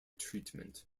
treatment